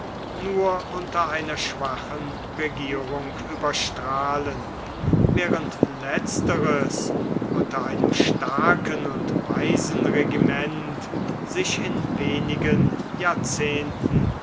nur unter einer schwachen regierung überstrahlen während letzteres unter einem starken und weisen regiment sich in wenigen jahrzehnten